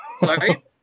Sorry